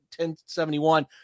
1071